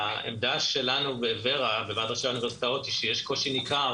העמדה שלנו בוועד ראשי האוניברסיטאות היא שיש קושי ניכר